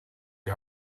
die